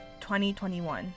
2021